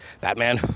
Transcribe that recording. Batman